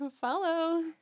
Follow